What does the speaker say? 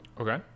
okay